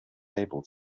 able